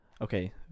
okay